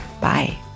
Bye